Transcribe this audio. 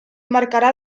marcarà